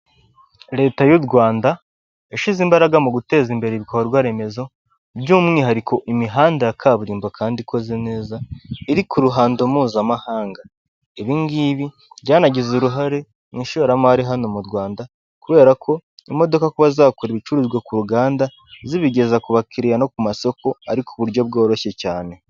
Leta y'u Rwanda yashyize imbaraga mu guteza imbere ibikorwaremezo by'umwihariko imihanda ya kaburimbo kandi ikoze neza iri ku ruhando mpuzamahanga, ibi ngibi byanagize uruhare mu ishoramari hano mu Rwanda, kubera ko imodoka kuba zakura ibicuruzwa ku ruganda zibigeza ku bakiriya no ku masoko ari ku buryo bworoshye cyane.